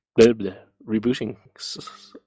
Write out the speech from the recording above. Rebooting